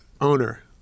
owner